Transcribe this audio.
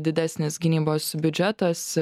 didesnis gynybos biudžetas